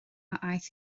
aeth